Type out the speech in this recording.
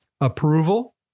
approval